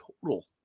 total